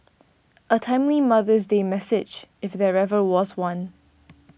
a timely Mother's Day message if there ever was one